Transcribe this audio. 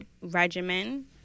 regimen